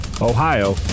Ohio